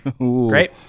Great